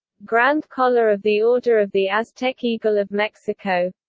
grand collar of the order of the aztec eagle of mexico